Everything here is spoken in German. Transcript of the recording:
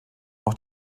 noch